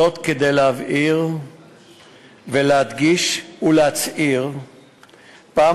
זאת כדי להבהיר ולהדגיש ולהצהיר פעם